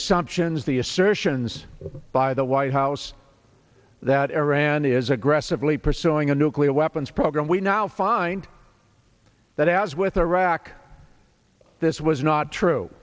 assumptions the assertions by the white house that iran is aggressively pursuing a nuclear weapons program we now find that as with iraq this was not true